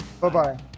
Bye-bye